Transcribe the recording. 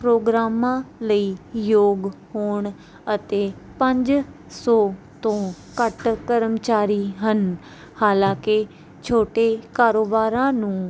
ਪ੍ਰੋਗਰਾਮਾਂ ਲਈ ਯੋਗ ਹੋਣ ਅਤੇ ਪੰਜ ਸੋ ਤੋਂ ਘੱਟ ਕਰਮਚਾਰੀ ਹਨ ਹਾਲਾਂਕਿ ਛੋਟੇ ਕਾਰੋਬਾਰਾਂ ਨੂੰ